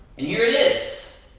and here it is.